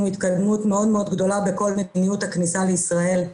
התקדמות מאוד מאוד גדולה בכל מדיניות הכניסה לישראל.